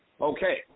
Okay